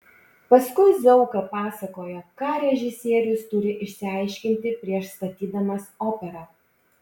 paskui zauka pasakojo ką režisierius turi išsiaiškinti prieš statydamas operą